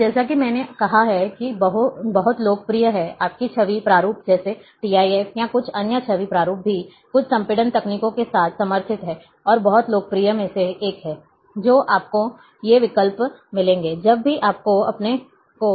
अब जैसा कि मैंने कहा है कि बहुत लोकप्रिय है आपकी छवि प्रारूप जैसे TIF या कुछ अन्य छवि प्रारूप भी कुछ संपीड़न तकनीकों के साथ समर्थित हैं और बहुत लोकप्रिय में से एक है जो आपको ये विकल्प मिलेंगे जब भी आप अपने को बचाते हैं